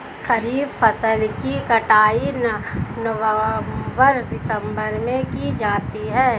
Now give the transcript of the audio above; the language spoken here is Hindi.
खरीफ फसल की कटाई नवंबर दिसंबर में की जाती है